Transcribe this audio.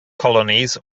colonies